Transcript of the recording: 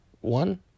one